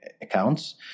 accounts